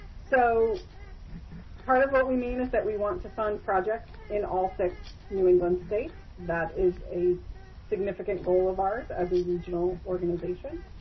so part of what we mean is that we want to fund projects in all six new england states. that is a significant goal of ours as a regional organization.